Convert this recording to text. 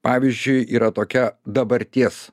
pavyzdžiui yra tokia dabarties